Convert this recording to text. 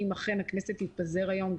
אם אכן הכנסת תתפזר היום,